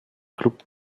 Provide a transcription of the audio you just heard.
klub